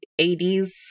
80s